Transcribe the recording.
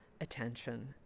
attention